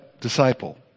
disciple